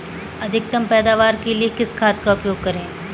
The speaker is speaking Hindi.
अधिकतम पैदावार के लिए किस खाद का उपयोग करें?